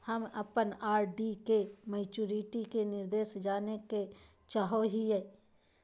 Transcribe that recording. हम अप्पन आर.डी के मैचुरीटी के निर्देश जाने के चाहो हिअइ